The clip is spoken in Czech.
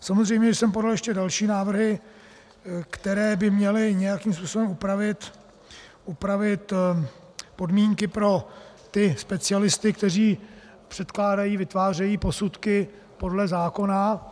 Samozřejmě jsem podal ještě další návrhy, které by měly nějakým způsobem upravit podmínky pro ty specialisty, kteří předkládají, vytvářejí posudky podle zákona.